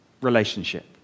relationship